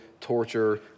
torture